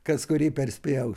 kas kurį perspaus